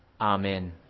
Amen